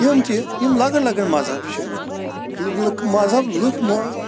تِم تہِ یِم لۄکٕٹۍ لۄکٕٹۍ مذہب چھِ لُکھ مذبہَب لُکھ